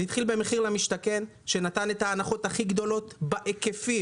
זה התחיל במחיר למשתכן שנתן את ההנחות הכי גדולות בהיקפים,